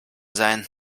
sein